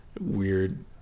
weird